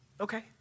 Okay